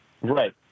Right